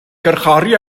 garcharu